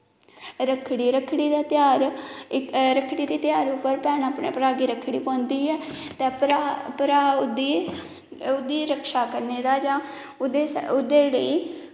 रक्खड़ी रक्खड़ी दा ध्यार रक्खड़ी दे ध्यार उप्पर भैनां अपने भ्राऽ गी रक्खड़ी बनदी ऐ ते भ्राऽ ओह्दी ओह्दी रक्षा करने दा जां ओह्दे लेई